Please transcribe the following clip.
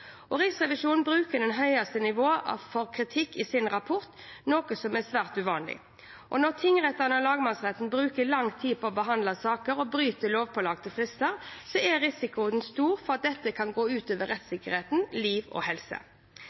Riksrevisjonen bruker det høyeste nivået for kritikk i sin rapport, noe som er svært uvanlig. Når tingrettene og lagmannsrettene bruker lang tid på å behandle saker og bryter lovpålagte frister, er risikoen stor for at dette kan gå ut over rettssikkerhet, liv og helse.